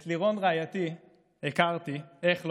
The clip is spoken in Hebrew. את לירון רעייתי הכרתי, איך לא,